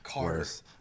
Worse